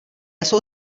jsou